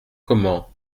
comment